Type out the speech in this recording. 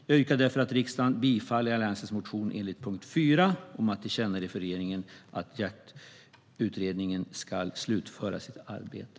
Jag yrkar därför att riksdagen ska bifalla Alliansens motioner under punkt 4 om att tillkännage för regeringen att Jaktlagsutredningen ska slutföra sitt arbete.